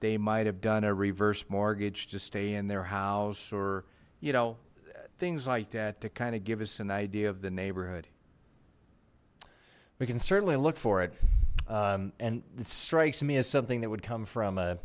they might have done a reverse mortgage to stay in their house or you know things like that to kind of give us an idea of the neighborhood we can certainly look for it and it strikes me as something that would come from a